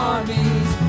Armies